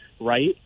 Right